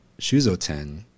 Shuzoten